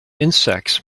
insects